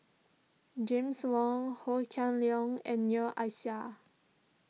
James Wong Ho Kah Leong and Noor Aishah